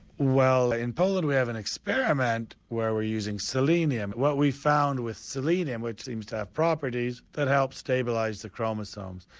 well in poland we have an experiment where we're using selenium. what we found with selenium, which seems to have properties that help stabilise the chromosomes.